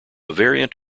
variant